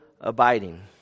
abiding